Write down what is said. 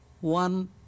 One